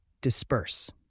disperse